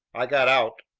i got out,